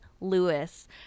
Lewis